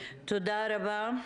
תודה רבה.